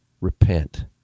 repent